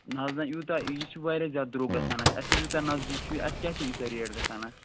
نہَ حظ نہَ یوٗتاہ یہِ چھُ واریاہ زیادٕ درٛۅگ گژھان اَسہِ اَسہِ ہے یوٗتاہ نٔزدیٖک چھُ یہِ اَسہِ کیٛازِ چھِ ییٖژاہ ریٹ گژھان اَتھ